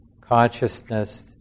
consciousness